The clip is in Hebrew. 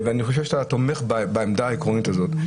ואני חושב שאתה תומך בעמדה העקרונית הזאת,